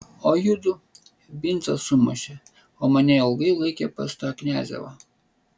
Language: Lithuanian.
o judu vincą sumušė o mane ilgai laikė pas tą kniazevą